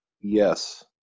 Yes